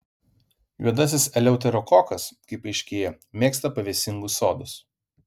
juodasis eleuterokokas kaip aiškėja mėgsta pavėsingus sodus